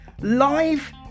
live